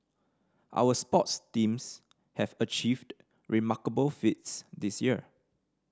our sports teams have achieved remarkable feats this year